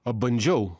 a bandžiau